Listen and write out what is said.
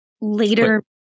later